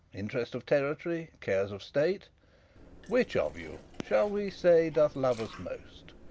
interest of territory, cares of state which of you shall we say doth love us most?